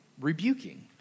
rebuking